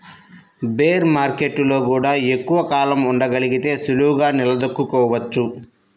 bear మార్కెట్టులో గూడా ఎక్కువ కాలం ఉండగలిగితే సులువుగా నిలదొక్కుకోవచ్చు